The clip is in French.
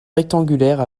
rectangulaire